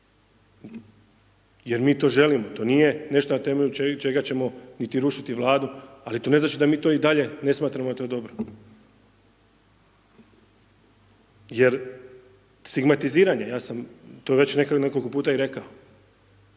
jer mi to želimo, to nije nešto na temelju čega ćemo niti rušiti, ali to ne znači da mi to i dalje ne smatramo da je to dobro. Jer stigmatiziranje, ja sam to već nekoliko puta rekao